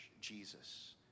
Jesus